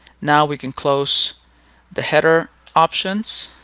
now, we can close the header options